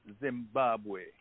Zimbabwe